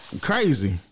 crazy